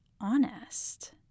honest